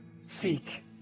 Seek